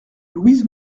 louise